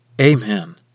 Amen